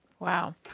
Wow